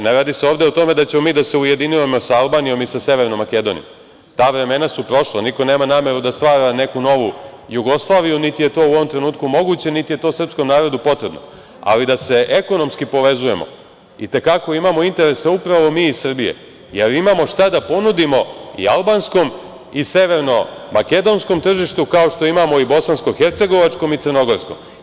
Ne radi se ovde o tome da ćemo mi da se ujedinjujemo sa Albanijom i sa Severnom Makedonijom, ta vremena su prošla, niko nema nameru da stvara neku novu Jugoslaviju, niti je to u ovom trenutku moguće, niti je to srpskom narodu potrebno ali da se ekonomski povezujemo i te kako imamo interes upravo mi iz Srbije jer imamo šta da ponudimo i albanskom i severno makedonskom tržištu, kao što imamo i bosansko-hercegovačkom i crnogorskom.